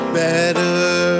better